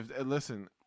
listen